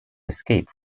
escape